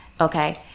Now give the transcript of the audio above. okay